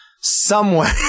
somewhere-